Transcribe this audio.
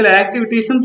activities